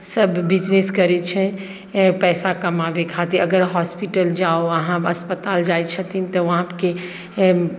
सभ बिजनेस करैत छै पैसा कमाबै खातिर अगर हॉस्पिटल जाउ आ हम अस्पताल जाइत छथिन तऽ वहाँके